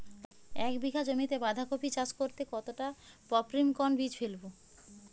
এক বিঘা জমিতে বাধাকপি চাষ করতে কতটা পপ্রীমকন বীজ ফেলবো?